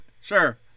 sure